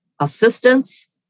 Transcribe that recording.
assistance